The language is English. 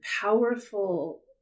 powerful